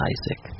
Isaac